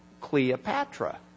Cleopatra